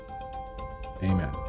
Amen